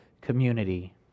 community